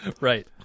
Right